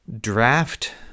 draft